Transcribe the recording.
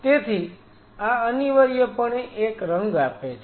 તેથી આ અનિવાર્યપણે એક રંગ આપે છે